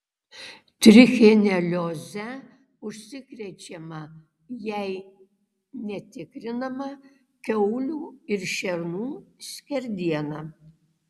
trichinelioze užsikrečiama jei netikrinama kiaulių ir šernų skerdiena